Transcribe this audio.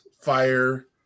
fire